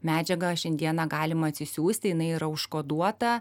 medžiagą šiandieną galima atsisiųsti jinai yra užkoduota